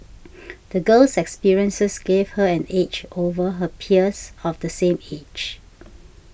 the girl's experiences gave her an edge over her peers of the same age